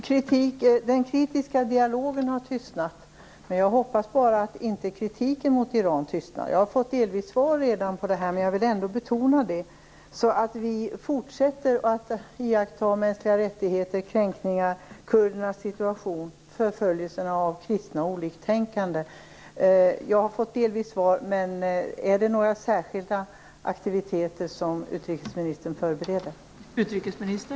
Fru talman! Den kritiska dialogen har tystnat, men jag hoppas bara att inte kritiken mot Iran har tystnat. Jag har delvis fått svar på min fråga, men jag vill betona att vi måste fortsätta att iaktta kränkningar av mänskliga rättigheter och kurdernas situation, förföljelser av kristna och oliktänkande. Är det några särskilda aktiviteter som utrikesministern förbereder?